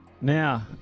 Now